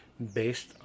based